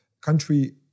country